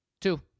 Two